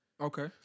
Okay